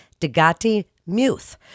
Degati-Muth